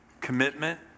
Commitment